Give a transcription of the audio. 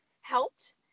helped